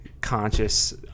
conscious